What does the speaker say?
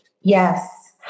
Yes